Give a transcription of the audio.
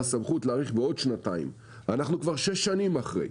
סמכות להאריך בעוד שנתיים ואנחנו כבר שש שנים אחרי.